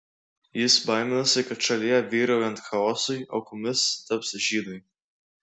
jis baiminasi kad šalyje vyraujant chaosui aukomis taps žydai